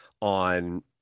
on